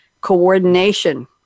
coordination